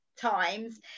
Times